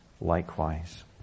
likewise